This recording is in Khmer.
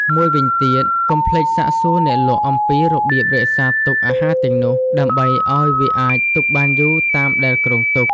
មួយវិញទៀត កុំភ្លេចសាកសួរអ្នកលក់អំពីរបៀបរក្សាទុកអាហារទាំងនោះ ដើម្បីឱ្យវាអាចទុកបានយូរតាមដែលគ្រោងទុក។